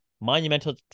monumental